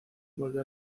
volvió